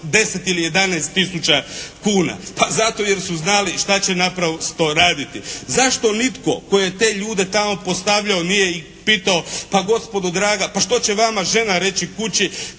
10 ili 11000 kuna. Pa zato jer su znali što će naprosto raditi. Zašto nitko tko je te ljude tamo postavljao nije ih pitao pa gospodo draga, pa što će vama žena reći kući